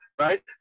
right